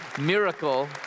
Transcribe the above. miracle